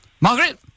Margaret